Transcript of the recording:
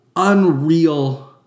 Unreal